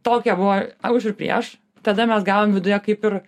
tokie buvo už ir prieš tada mes gavom viduje kaip ir